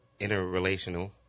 interrelational